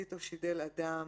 "הסית או שידל אדם